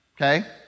Okay